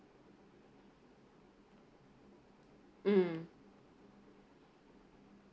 mm